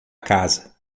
casa